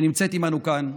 שנמצאת עימנו כאן,